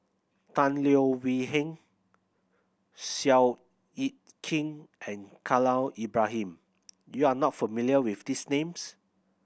Tan Leo Wee Hin Seow Yit Kin and Khalil Ibrahim you are not familiar with these names